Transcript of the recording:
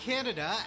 Canada